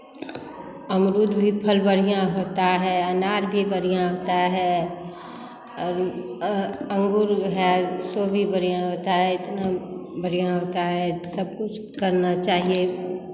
अमरूद भी फल बढ़ियाँ होता है अनार भी बढ़ियाँ होता है और अंगूर है सो भी बढ़ियाँ होता है इतना बढ़ियाँ होता है सब कुछ करना चाहिए